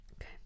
Okay